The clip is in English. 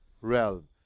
realm